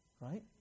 right